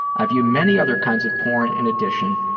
i view many other kinds of porn in addition